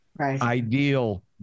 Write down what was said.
ideal